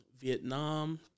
Vietnam